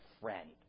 friend